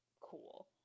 cool